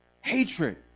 hatred